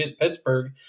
pittsburgh